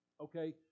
Okay